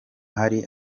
hari